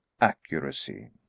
accuracy